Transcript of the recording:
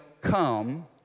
come